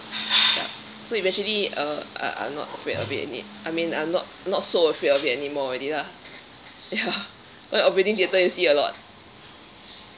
ya so eventually uh I I'm not afraid of it any~ I mean uh not not so afraid of it anymore already lah ya because operating theatre you see a lot